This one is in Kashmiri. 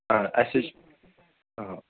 اَسہِ چھِ